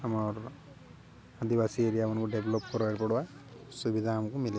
ଆମର ଆଦିବାସୀ ଏରିଆମାନଙ୍କୁ ଡେଭଲପ୍ କରିବାକୁ ପଡ଼ବା ସୁବିଧା ଆମକୁ ମିଲ୍ବା